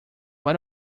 what